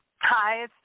Hi